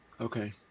okay